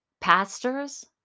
pastors